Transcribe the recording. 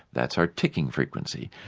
that's our ticking frequency.